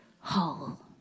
whole